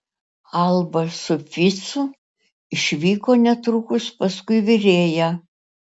alba su ficu išvyko netrukus paskui virėją